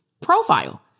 profile